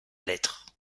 lettre